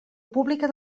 pública